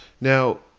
Now